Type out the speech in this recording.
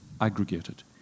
aggregated